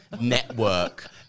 network